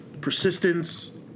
persistence